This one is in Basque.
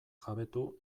jabetu